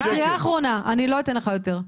ואני מאמין שיש לכם,